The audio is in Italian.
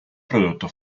prodotto